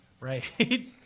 Right